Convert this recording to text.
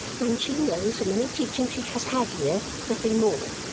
and she knows, from any teaching she has had here, nothing more.